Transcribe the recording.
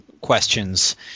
questions